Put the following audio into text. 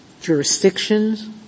jurisdictions